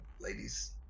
ladies